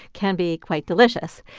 can be quite delicious.